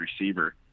receiver